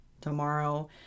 tomorrow